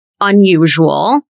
unusual